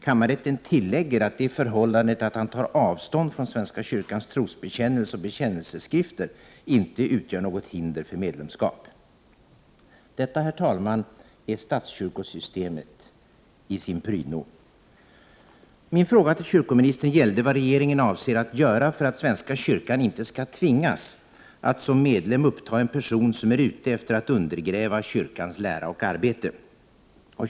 Kammarrätten tillägger att det förhållandet att han tar avstånd från svenska kyrkans trosbekännelse och bekännelseskrifter inte utgör något hinder för medlemskap. Detta, herr talman, är statskyrkosystemet i sin prydno. Min fråga till kyrkoministern gällde vad regeringen avser att göra för att svenska kyrkan inte skall tvingas att som medlem uppta en person som är ute efter att undergräva kyrkans lära och arbete.